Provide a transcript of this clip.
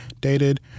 dated